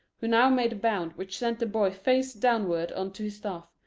who now made a bound which sent the boy face downward on to his staff,